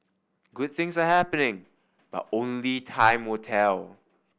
good things are happening but only time will tell